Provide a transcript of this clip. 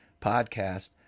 podcast